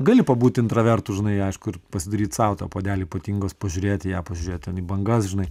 gali pabūti introvertu žinai aišku ir pasidaryt sau tą puodelį ypatingos pažiūrėt į ją pažiūrėt ten į bangas žinai